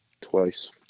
Twice